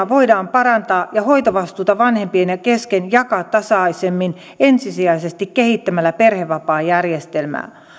voidaan parantaa ja hoitovastuuta vanhempien kesken jakaa tasaisemmin ensisijaisesti kehittämällä perhevapaajärjestelmää